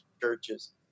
churches